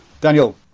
Daniel